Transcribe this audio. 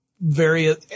various